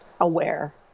aware